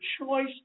choice